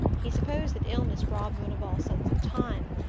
he supposed that illness robbed one of all sense of time,